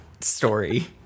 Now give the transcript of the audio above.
story